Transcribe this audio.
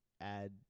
add